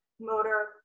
motor